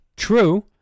true